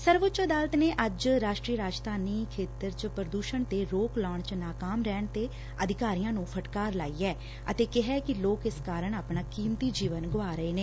ਸਰਵਉੱਚ ਅਦਾਲਤ ਨੇ ਅੱਜ ਰਾਸ਼ਟਰੀ ਰਾਜਧਾਨੀ ਖੇਤਰ ਚ ਪੁਦੁਸ਼ਣ ਤੇ ਰੋਕ ਲਾਉਣ ਚ ਨਾਕਾਮ ਰਹਿਣ ਤੇ ਅਧਿਕਾਰੀਆ ਨੰ ਫਟਕਾਰ ਲਾਈ ਐ ਅਤੇ ਕਿਹੈ ਕਿ ਲੋਕ ਇਸ ਕਾਰਨ ਆਪਣਾ ਕੀਮਤੀ ਜੀਵਨ ਗੁਆ ਰਹੇ ਨੇ